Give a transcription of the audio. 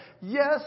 yes